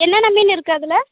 என்னென்னா மீன் இருக்கு அதில்